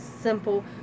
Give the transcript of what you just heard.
simple